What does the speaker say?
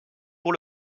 pour